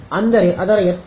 ಅಂದರೆ ಅದರ ಎತ್ತರ